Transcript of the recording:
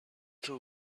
two